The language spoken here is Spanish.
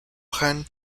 johann